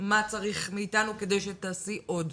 זה מה צריך מאיתנו כדי שתעשי עוד.